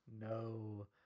No